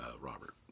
Robert